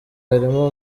harimo